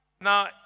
Now